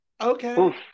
okay